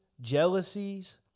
jealousies